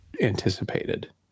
anticipated